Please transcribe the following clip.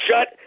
shut